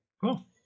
Cool